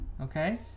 Okay